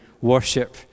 worship